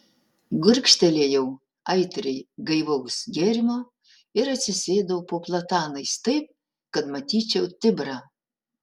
gurkštelėjau aitriai gaivaus gėrimo ir atsisėdau po platanais taip kad matyčiau tibrą